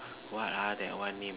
what ah that one